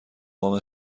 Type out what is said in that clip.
وام